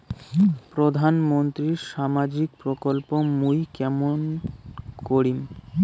প্রধান মন্ত্রীর সামাজিক প্রকল্প মুই কেমন করিম?